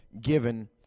given